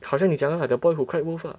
好像你讲的啦 the boy who cried wolf lah